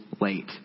late